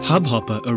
Hubhopper